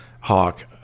Hawk